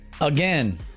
again